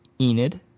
Enid